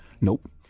Nope